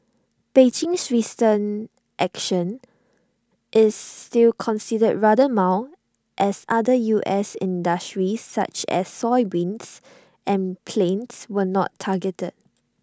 Beijing's recent action is still considered rather mild as other U S industries such as soybeans and planes were not targeted